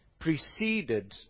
preceded